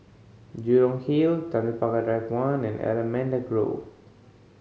Jurong Hill Tanjong Pagar Drive One and Allamanda Grove